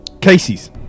Casey's